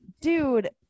dude